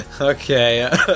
Okay